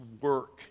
work